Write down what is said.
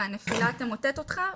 והנפילה תמוטט אותך,